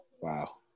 Wow